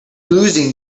losing